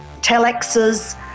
telexes